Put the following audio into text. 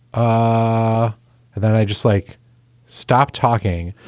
ah then i just like stop talking.